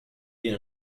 you